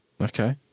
Okay